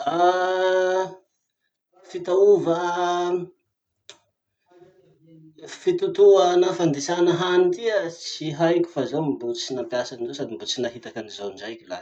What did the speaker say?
Ah, fitaova am- fitotoa na fandisana hany tia tsy haiko fa zaho mbo tsy nampiasa anizao sady mbo tsy nahitaky anizao ndraiky lahy.